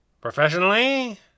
Professionally